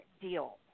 deal